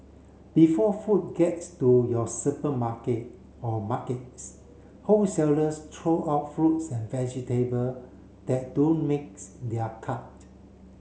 before food gets to your supermarket or markets wholesalers throw out fruits and vegetable that don't makes their cut